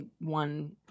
one